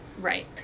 Right